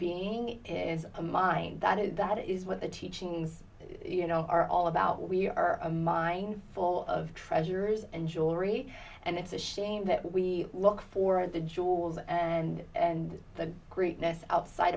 being a mind that is that is what the teachings you know are all about we are a mind full of treasures and jewelry and it's a shame that we look for the jewels and and the greatness outside